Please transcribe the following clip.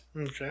Okay